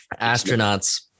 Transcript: astronauts